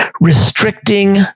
restricting